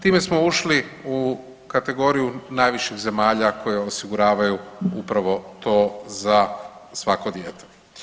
Time smo ušli u kategoriju najviših zemalja koje osiguravaju upravo to za svako dijete.